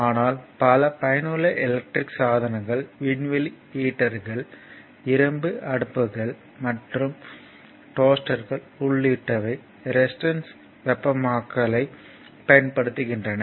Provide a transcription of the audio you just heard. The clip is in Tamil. ஆனால் பல பயனுள்ள எலக்ட்ரிகல் சாதனங்கள் விண்வெளி ஹீட்டர்கள் இரும்பு அடுப்புகள் மற்றும் டோஸ்டர்கள் உள்ளிட்டவை ரெசிஸ்டன்ஸ் வெப்பமாக்கலைப் பயன்படுத்துகின்றன